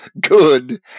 good